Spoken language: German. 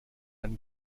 ein